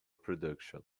production